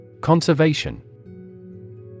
Conservation